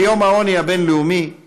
ביום הבין-לאומי למאבק בעוני,